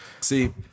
See